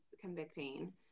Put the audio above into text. convicting